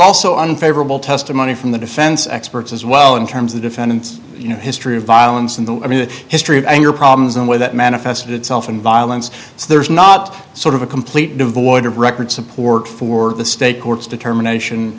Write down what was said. also unfavorable testimony from the defense experts as well in terms of defendants you know history of violence in the i mean the history of anger problems in a way that manifested itself in violence so there's not sort of a complete devoid of record support for the state courts determination